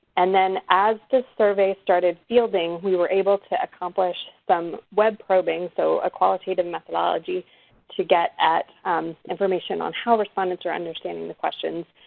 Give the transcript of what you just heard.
and then as the survey started fielding we were able to accomplish some web probing so a qualitative methodology to get at information on how respondents are understanding the questions.